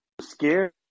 scared